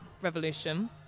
revolution